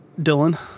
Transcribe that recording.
dylan